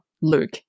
Luke